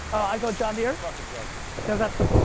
i go john deere? fuckin' john deere. cause that's the,